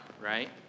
right